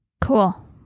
Cool